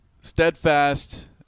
steadfast